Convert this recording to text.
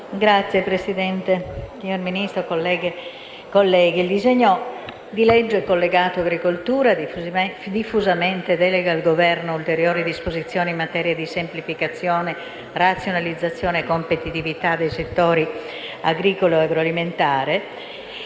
e colleghi, il disegno di legge collegato agricoltura diffusamente delega al Governo ulteriori disposizioni in materia di semplificazione, razionalizzazione e competitività dei settori agricolo, agroalimentare